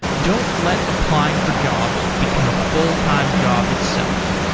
don't let applying for jobs become a full-time job itself.